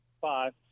Five